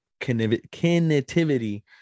connectivity